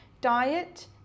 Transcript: diet